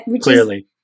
Clearly